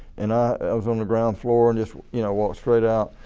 and i was on the ground floor and just you know walked straight out.